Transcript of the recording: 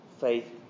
faith